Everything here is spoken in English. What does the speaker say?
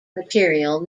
material